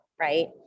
Right